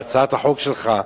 בהצעת החוק שלך,